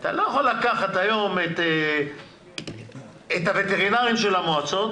אתה לא יכול לקחת היום את הווטרינרים של המועצות